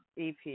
EP